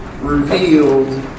revealed